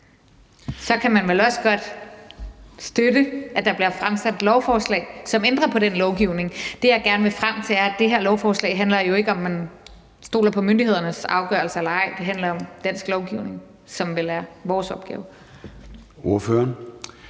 kan man vel også godt støtte, at der bliver fremsat lovforslag, som ændrer på den lovgivning. Det, jeg gerne vil frem til, er, at det her lovforslag jo ikke handler om, om man stoler på myndighedernes afgørelser eller ej. Det handler om dansk lovgivning, som vel er vores opgave.